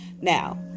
Now